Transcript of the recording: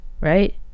right